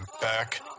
back